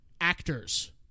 actors